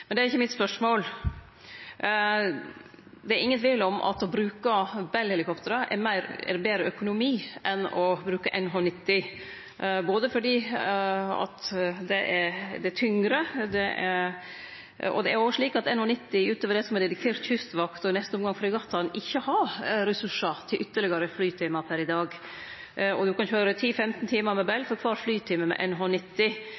Men det er ikkje spørsmålet mitt. Det er ingen tvil om at å bruke Bell-helikoptra er betre økonomi enn å bruke NH90, m.a. fordi det er tyngre, og det er òg slik at NH90 utover det som er dedikert kystvakt, og i neste omfang fregattane, ikkje har ressursar til ytterlegare flytimar per i dag. Og ein kan køyre 10–15 timar med